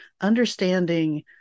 understanding